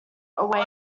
away